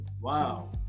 Wow